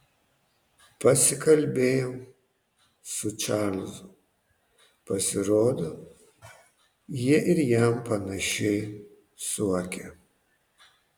pasikalbėjau su čarlzu pasirodo jie ir jam panašiai suokia